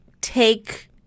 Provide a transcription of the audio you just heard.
take